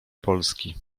polski